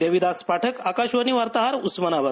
देविदास पाठक आकाशवाणी वार्ताहर उस्मानाबाद